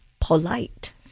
polite